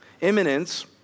Imminence